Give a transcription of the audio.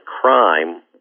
crime